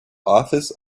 office